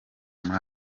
muri